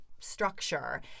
Structure